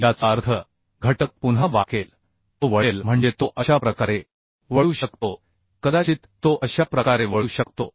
याचा अर्थ घटक पुन्हा वाकेल तो वळेल म्हणजे तो अशा प्रकारे वळू शकतो कदाचित तो अशा प्रकारे वळू शकतो